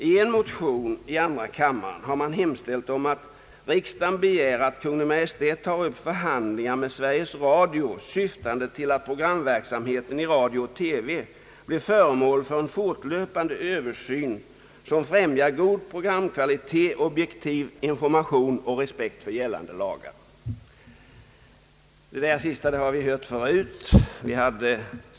I en motion i andra kammaren har vidare hemställts att riksdagen skall begära att Kungl. Maj:t tar upp förhandlingar med Sveriges Radio, syftande till att programverksamheten i radio och TV blir föremål för en fortlöpande översyn, som främjar god programkvalitet, objektiv information och respekt för gällande lagar. Det där har vi hört förut.